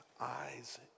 eyes